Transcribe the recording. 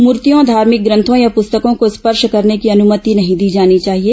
मूर्तियों धार्भिक ग्रन्थों या पुस्तकों को स्पर्श करने की अनुमति नहीं दी जानी चाहिए